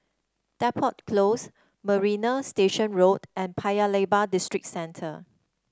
Depot Close Marina Station Road and Paya Lebar Districentre